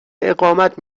اقامت